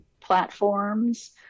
platforms